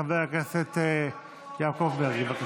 חבר הכנסת יעקב מרגי, בבקשה.